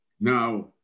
now